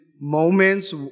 moments